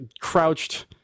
crouched